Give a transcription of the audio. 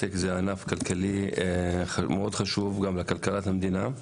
שההייטק זה ענף כלכלי מאוד חשוב גם לכלכלת המדינה,